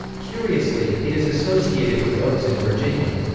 curiously, it is associated with oaks in virginia.